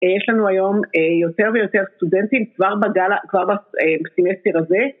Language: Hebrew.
יש לנו היום יותר ויותר סטודנטים כבר בסמסטר הזה.